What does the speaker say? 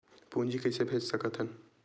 पूंजी कइसे भेज सकत हन?